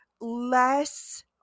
less